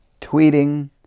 tweeting